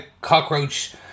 Cockroach